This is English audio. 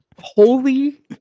Holy